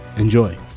enjoy